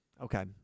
Okay